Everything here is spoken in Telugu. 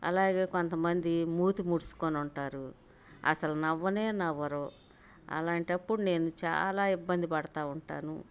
అలాగే కొంతమంది మూతి ముడుచుకొని ఉంటారు అసలు నవ్వనే నవ్వరు అలాంటప్పుడు నేను చాలా ఇబ్బంది పడుతూ ఉంటాను